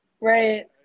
Right